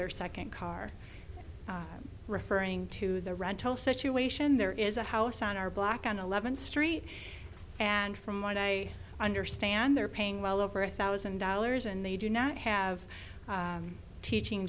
their second car i'm referring to the rental situation there is a house on our block on eleventh street and from what i understand they're paying well over a thousand dollars and they do not have teaching